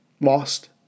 lost